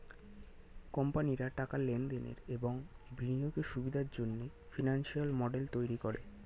কোম্পানিরা টাকার লেনদেনের এবং বিনিয়োগের সুবিধার জন্যে ফিনান্সিয়াল মডেল তৈরী করে